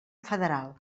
federal